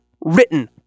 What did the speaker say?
written